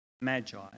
Magi